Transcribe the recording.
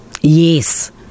Yes